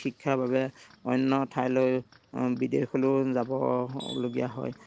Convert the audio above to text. শিক্ষাৰ বাবে অন্য় ঠাইলৈ বিদেশলৈও যাবলগীয়া হয়